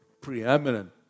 preeminent